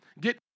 get